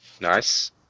Nice